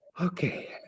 Okay